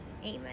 amen